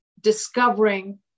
discovering